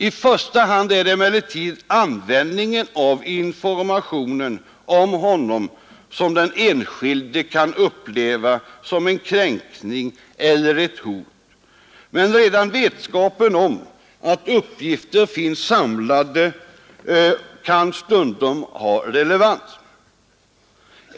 I första hand är det användningen av informationen om honom som den enskilde kan uppleva som en kränkning eller ett hot, men redan vetskapen om att uppgifter finns samlade kan stundom ha relevans.